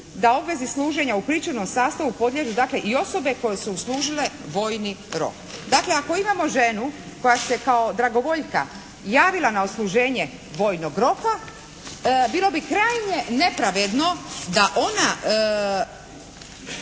da obvezi služenja u pričuvanom sastavu podliježu dakle i osobe koje su služile vojni rok. Dakle ako imamo ženu koja se kao dragovoljka javila na odsluženje vojnog roka bilo bi krajnje nepravedno da ona